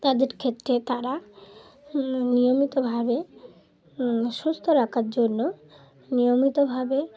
তাদের ক্ষেত্রে তারা নিয়মিতভাবে সুস্থ রাখার জন্য নিয়মিতভাবে